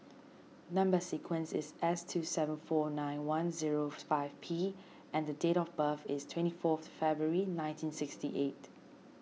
Number Sequence is S two seven four nine one zero five P and date of birth is twenty four February nineteen sixty eight